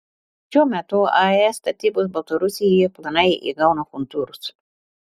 šiuo metu ae statybos baltarusijoje planai įgauna kontūrus